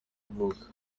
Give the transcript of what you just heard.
avuka